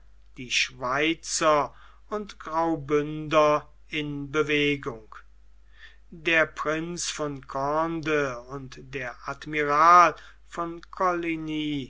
die schweizer und graubündter in bewegung der prinz von cond und der admiral von coligny